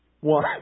one